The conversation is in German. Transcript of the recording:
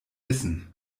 wissen